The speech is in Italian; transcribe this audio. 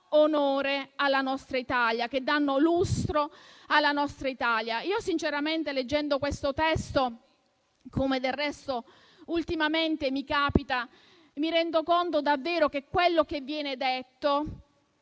che danno onore e lustro alla nostra Italia. Sinceramente leggendo questo testo, come del resto ultimamente mi capita, mi rendo conto davvero che quello che viene detto